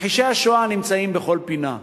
מכחישי השואה נמצאים בכל פינה.